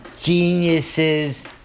geniuses